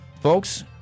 Folks